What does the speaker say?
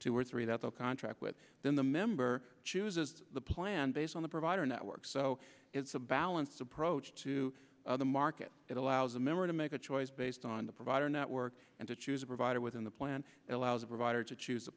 two or three that the contract with then the member chooses the plan based on the provider network so it's a balanced approach to the market it allows a member to make a choice based on the provider network and to choose a provider within the plan that allows a provider to choose a